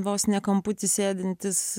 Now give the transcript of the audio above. vos ne kamputy sėdintis